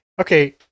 Okay